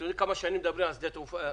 אתם יודעים כמה שנים מדברים על שדה תעופה נוסף,